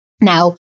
Now